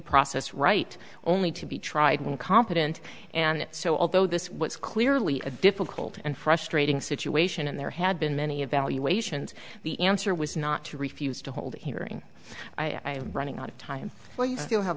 process right only to be tried competent and so although this was clearly a difficult and frustrating situation and there had been many evaluations the answer was not to refuse to hold a hearing i am running out of time well you still have